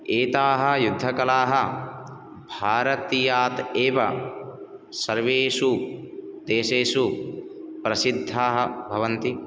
एताः युद्धकलाः भारतीयात् एव सर्वेषु देशेषु प्रसिद्धाः भवन्ति